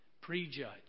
prejudge